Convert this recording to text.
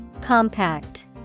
Compact